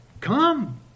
Come